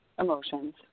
emotions